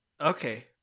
okay